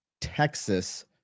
Texas